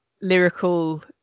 Lyrical